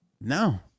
No